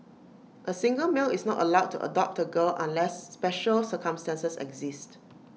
A single male is not allowed to adopt A girl unless special circumstances exist